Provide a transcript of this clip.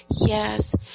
Yes